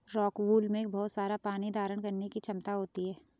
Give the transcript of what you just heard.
rockwool में बहुत सारा पानी धारण करने की क्षमता होती है